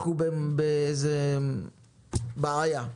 אנחנו נמצאים בבעיה.